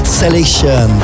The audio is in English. selection